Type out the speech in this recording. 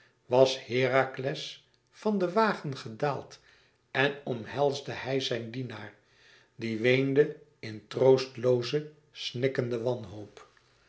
was herakles van den wagen gedaald en omhelsde hij zijn dienaar die weende in troostlooze snikkende wanhoop